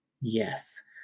Yes